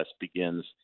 begins